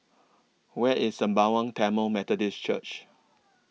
Where IS Sembawang Tamil Methodist Church